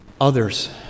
others